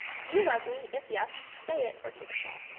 do you love me? if yes, say it or take a shot.